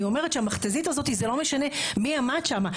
אני אומרץ שהמכת"זית הזאת זה לא משנה מי עמד שם.